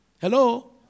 Hello